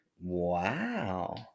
Wow